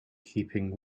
keeping